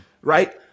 right